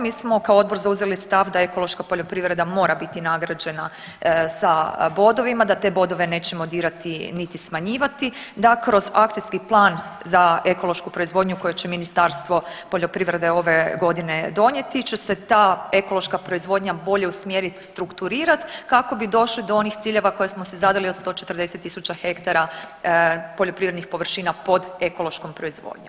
Mi smo kao odbor zauzeli stav da ekološka poljoprivreda mora biti nagrađena sa bodovima, da te bodove nećemo dirati, niti smanjivati, da kroz akcijski plan za ekološku proizvodnju koju će Ministarstvo poljoprivrede ove godine donijeti, će se ta ekološka proizvodnja bolje usmjeriti, strukturirati kako bi došli do onih ciljeva koje smo si zadali do 140 000 ha poljoprivrednih površina pod ekološkom proizvodnjom.